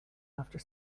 after